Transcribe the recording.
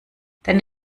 deine